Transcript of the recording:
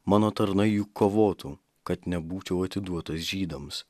mano tarnai jug kovotų kad nebūčiau atiduotas žydams